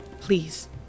Please